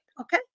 Okay